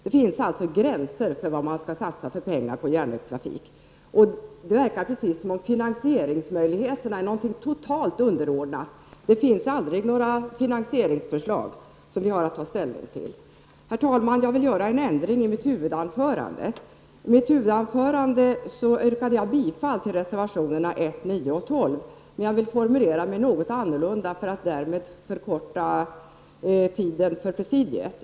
Det finns alltså gränser för vilka pengar man skall satsa på järnvägstrafik. Och det verkar till sist som om finansieringsmöjligheterna är någonting totalt underordnat. Det finns aldrig några finansieringsförslag som vi har att ta ställning till. Herr talman! Jag vill göra en ändring i mitt huvudanförande. I mitt huvudanförande yrkade jag bifall till reservationerna 1, 9 och 12. Men jag vill formulera mig något annorlunda för att därmed förkorta arbetet för presidiet.